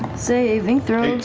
saving throw.